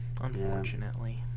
unfortunately